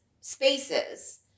spaces